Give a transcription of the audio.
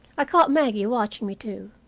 i caught maggie watching me, too,